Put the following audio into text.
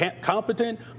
competent